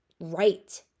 right